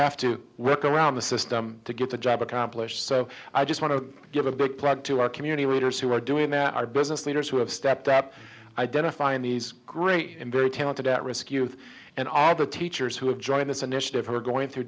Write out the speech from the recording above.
have to work around the system to get the job accomplished so i just want to give a big block to our community leaders who are doing that our business leaders who have stepped up identifying these great and very talented at risk youth and are the teachers who have joined this initiative who are going through